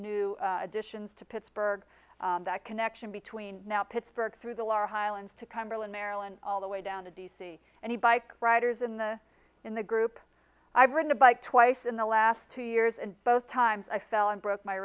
new additions to pittsburgh that connection between now pittsburgh through the large highlands to cumberland maryland all the way down to d c and he bike riders in the in the group i've ridden a bike twice in the last two years and both times i fell and broke my